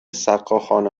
سقاخانه